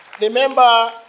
Remember